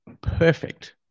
perfect